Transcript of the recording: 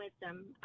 wisdom